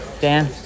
Dan